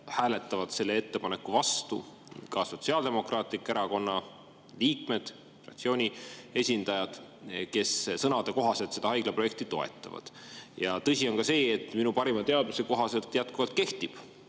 hääletavad nende ettepanekute vastu Sotsiaaldemokraatliku Erakonna liikmed, fraktsiooni esindajad, kes sõnade kohaselt seda haiglaprojekti toetavad. Tõsi on ka see – minu parima teadmise kohaselt –, et jätkuvalt kehtib